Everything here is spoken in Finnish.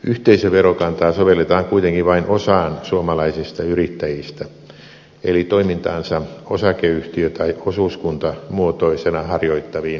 yhteisöverokantaa sovelletaan kuitenkin vain osaan suomalaisista yrittäjistä eli toimintaansa osakeyhtiö tai osuuskuntamuotoisena harjoittaviin yrittäjiin